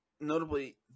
Notably